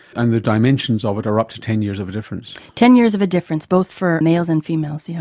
and the dimensions of it are up to ten years of a difference. ten years of a difference, both for males and females, yes.